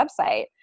website